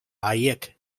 haiek